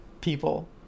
people